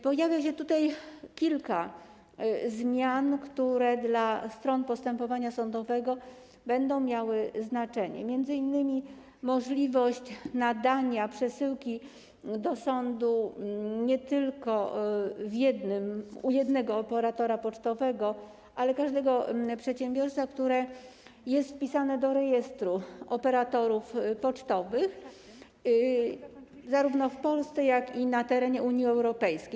Pojawia się tutaj kilka zmian, które dla stron postępowania sądowego będą miały znaczenie, m.in. możliwość nadania przesyłki do sądu nie tylko u jednego operatora pocztowego, ale w każdym przedsiębiorstwie, które jest wpisane do rejestru operatorów pocztowych zarówno w Polsce, jak i na terenie Unii Europejskiej.